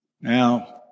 Now